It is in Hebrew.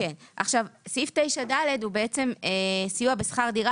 אמרנו שסיוע בשכר דירה